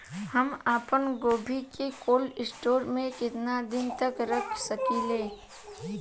हम आपनगोभि के कोल्ड स्टोरेजऽ में केतना दिन तक रख सकिले?